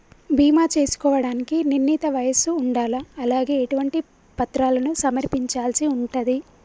బీమా చేసుకోవడానికి నిర్ణీత వయస్సు ఉండాలా? అలాగే ఎటువంటి పత్రాలను సమర్పించాల్సి ఉంటది?